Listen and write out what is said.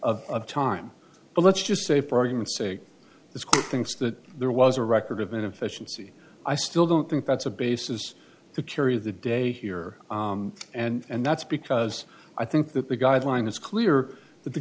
of time but let's just say for argument's sake the thinks that there was a record of inefficiency i still don't think that's a basis to carry the day here and that's because i think that the guideline is clear that the